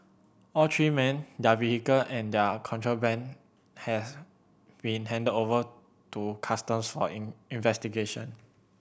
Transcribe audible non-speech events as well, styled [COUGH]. all three men their vehicle and their contraband has been handed over to customs [UNINTELLIGIBLE] investigation